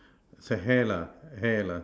the hair lah hair lah